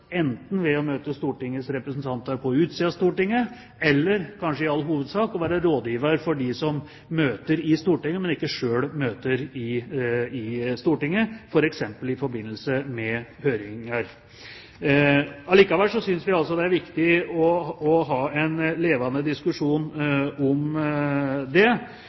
enten ved å møte Stortingets representanter utenfor Stortinget eller, kanskje i all hovedsak, ved å være rådgiver for dem som møter i Stortinget – men ikke selv møter i Stortinget – f.eks. i forbindelse med høringer. Allikevel synes vi det er viktig å ha en levende diskusjon om det,